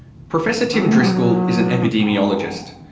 professor tim driscoll is an epidemiologist.